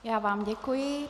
Já vám děkuji.